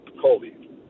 Colby